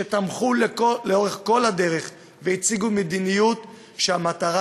שתמכו לאורך כל הדרך והציגו מדיניות שהמטרה